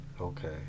okay